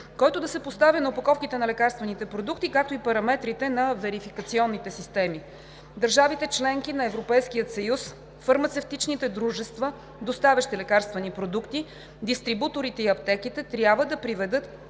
който да се постави на опаковките на лекарствените продукти, както и параметрите на верификационните системи. Държавите – членки на Европейския съюз, фармацевтичните дружества, доставящи лекарствени продукти, дистрибуторите и аптеките трябва да приведат